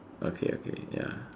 okay okay ya